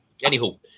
Anywho